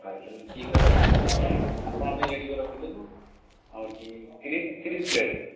ହେଉ ତାହେଲେ ଠିକ୍ ଅଛି ଆମେ ଆପଣଙ୍କ ପାଇଁ ରେଡି କରିକି ରଖିଥିବୁ ଆଉ ଠିକ୍ ତିରିଶ ପ୍ଲେଟ୍